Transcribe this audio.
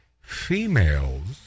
females